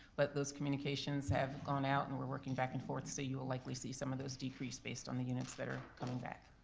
but those communications have gone out and we're working back and forth. so you will likely see some of those decreased based on the units that are back.